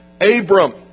Abram